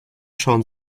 schauen